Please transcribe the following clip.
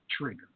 trigger